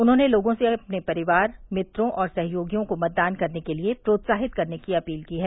उन्होंने लोगों से अपने परिवार मित्रों और सहयोगियों को मतदान करने के लिए प्रोत्साहित करने की अपील की है